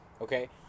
Okay